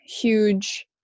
huge